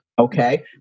okay